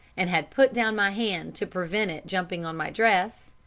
and had put down my hand to prevent it jumping on my dress,